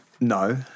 No